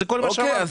זה כל מה שאמרתי.